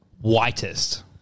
whitest